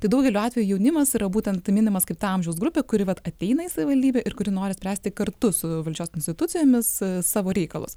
tai daugeliu atveju jaunimas yra būtent minimas kaip ta amžiaus grupė kuri vat ateina į savivaldybę ir kuri nori spręsti kartu su valdžios institucijomis savo reikalus